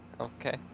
Okay